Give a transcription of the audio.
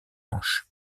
manches